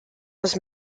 was